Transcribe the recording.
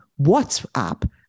WhatsApp